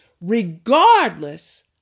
regardless